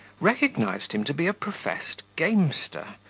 recognised him to be a professed gamester,